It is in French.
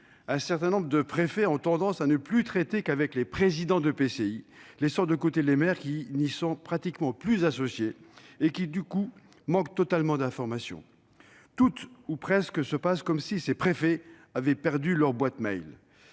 un certain nombre de préfets ont tendance à ne plus traiter qu'avec les présidents d'EPCI, laissant de côté les maires qui n'y sont pratiquement plus associés et qui manquent par conséquent totalement d'information. Tout ou presque se passe comme si ces préfets avaient perdu leur boîte mail